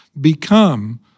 become